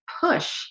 push